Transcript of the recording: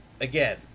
again